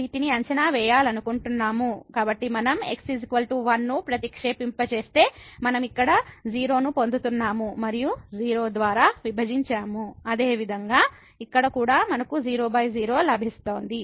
కాబట్టి మనం x 1 ను ప్రతిక్షేపింప చేస్తే మనం ఇక్కడ 0 ను పొందుతున్నాము మరియు 0 ద్వారా విభజించాము అదేవిధంగా ఇక్కడ కూడా మనకు 00 లభిస్తోంది